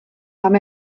pam